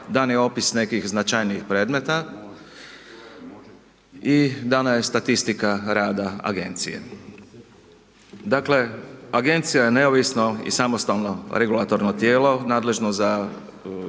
dani opis nekih značajnijih predmeta i dana je statistika rada agencije. Dakle, agencija je neovisno i samostalno regulatorno tijelo nadležno za